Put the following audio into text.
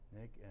Nick